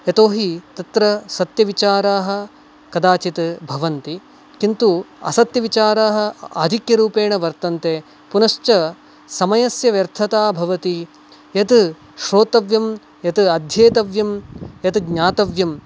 यतो हि तत्र सत्यविचाराः कदाचित् भवन्ति किन्तु असत्यविचाराः आधिक्यरूपेण वर्तन्ते पुनश्च समयस्य व्यर्थता भवति यत् श्रोतव्यं यत् अध्येतव्यं यत् ज्ञातव्यं